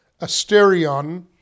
Asterion